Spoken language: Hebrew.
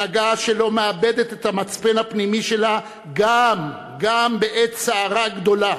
הנהגה שלא מאבדת את המצפן הפנימי שלה גם בעת סערה גדולה.